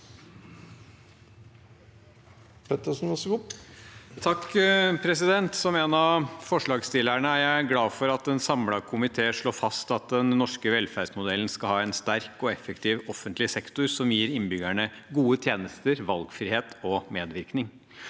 Pettersen (H) Som en av forslags- stillerne er jeg glad for at en samlet komité slår fast at den norske velferdsmodellen skal ha en sterk og effektiv offentlig sektor, som gir innbyggerne gode tjenester, valgfrihet og medvirkning.